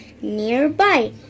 nearby